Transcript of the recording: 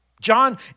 John